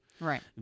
Right